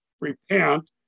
repent